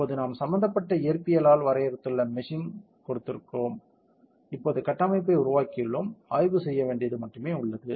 இப்போது நாம் சம்பந்தப்பட்ட இயற்பியயலால் வரையறுத்துள்ள மெஷிங் கொடுத்திருக்கிறோம் இப்போது கட்டமைப்பை உருவாக்கியுள்ளோம் ஆய்வு செய்ய வேண்டியது மட்டுமே உள்ளது